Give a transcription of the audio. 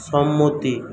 সম্মতি